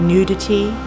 Nudity